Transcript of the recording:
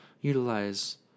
utilize